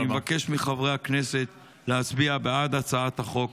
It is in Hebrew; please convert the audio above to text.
אני מבקש מחברי הכנסת להצביע בעד הצעת החוק.